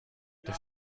das